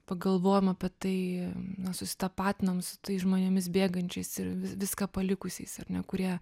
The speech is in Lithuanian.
pagalvojom apie tai susitapatinam su tais žmonėmis bėgančiais ir viską palikusiais ar ne kurie